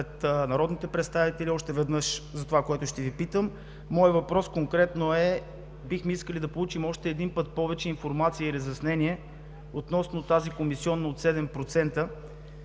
пред народните представители още веднъж това, за което ще Ви питам. Моят въпрос конкретно е: бихме искали да получим още един път повече информация и разяснение относно комисионата от 7%